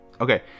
Okay